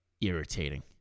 irritating